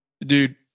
dude